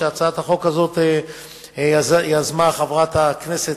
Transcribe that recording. שאת הצעת החוק הזאת יזמנו חברת הכנסת